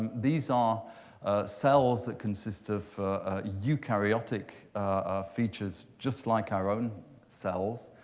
these are cells that consist of eukaryotic features, just like our own cells.